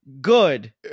good